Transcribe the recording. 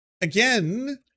Again